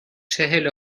چهل